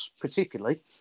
particularly